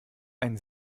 ein